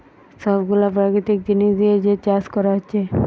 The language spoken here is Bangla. সব গুলা প্রাকৃতিক জিনিস দিয়ে যে চাষ কোরা হচ্ছে